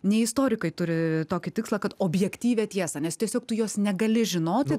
nei istorikai turi tokį tikslą kad objektyvią tiesą nes tiesiog tu jos negali žinoti